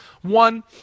One